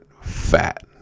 fat